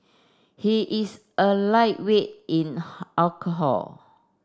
he is a lightweight in alcohol